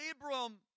Abram